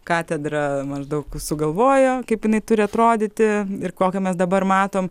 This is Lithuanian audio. katedrą maždaug sugalvojo kaip jinai turi atrodyti ir kokią mes dabar matom